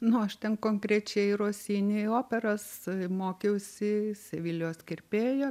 nu aš ten konkrečiai rosini operas mokiausi sevilijos kirpėjo